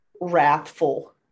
wrathful